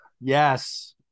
Yes